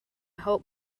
help